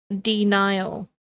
denial